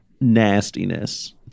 nastiness